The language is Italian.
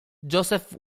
joseph